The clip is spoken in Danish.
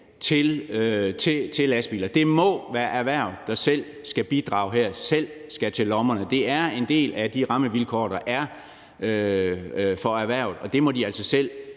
til lastbiler. Det må være erhvervet, der selv skal bidrage her, der selv skal til lommerne. Det er en del af de rammevilkår, der er for erhvervet, og det må de altså selv